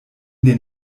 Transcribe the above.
den